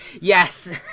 Yes